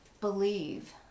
Believe